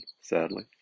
sadly